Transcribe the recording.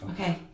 Okay